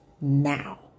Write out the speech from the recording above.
now